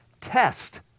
test